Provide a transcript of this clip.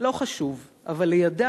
/ לא חשוב, אבל לידה,